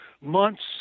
months